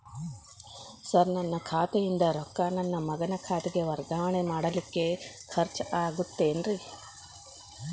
Sir ನನ್ನ ಖಾತೆಯಿಂದ ರೊಕ್ಕ ನನ್ನ ಮಗನ ಖಾತೆಗೆ ವರ್ಗಾವಣೆ ಮಾಡಲಿಕ್ಕೆ ಖರ್ಚ್ ಆಗುತ್ತೇನ್ರಿ?